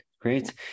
Great